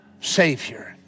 Savior